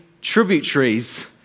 tributaries